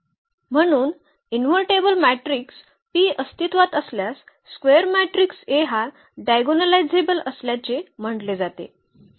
म्हणून invertible matrix P अस्तित्त्वात असल्यास स्क्वेअर मॅट्रिक्स A हा डायगोनलायझेबल असल्याचे म्हटले जाते